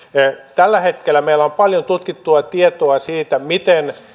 tällä hetkellä meillä on paljon tutkittua tietoa siitä miten ottamalla